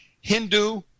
Hindu